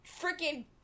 freaking